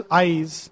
eyes